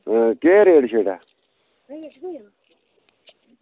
एह् केह् रेट ऐ